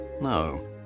No